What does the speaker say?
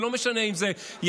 זה לא משנה אם זה פרויקטור,